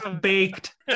baked